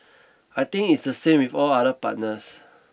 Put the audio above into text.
I think it's the same with all other partners